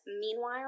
meanwhile